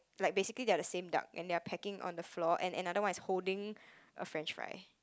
like basically they are the same duck and they are pecking on the floor and another one is holding a french fry